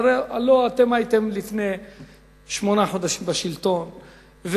הלוא הייתם לפני שמונה חודשים בשלטון,